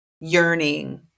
yearning